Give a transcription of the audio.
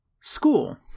School